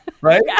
right